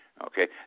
Okay